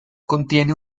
contiene